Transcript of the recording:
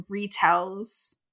retells